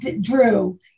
Drew